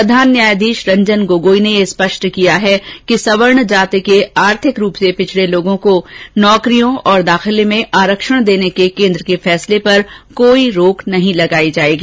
प्रधान न्यायाधीश रंजन गोगोई ने यह स्पष्ट किया है कि सवर्ण जाति के आर्थिक रूप से पिछडे लोगों को नौकरियों और दाखिले में आरक्षण देने के केन्द्र के फैसले पर कोई रोक नहीं लगाई जाएगी